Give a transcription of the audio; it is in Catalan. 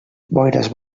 boires